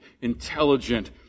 intelligent